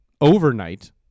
Overnight